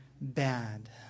bad